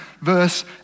verse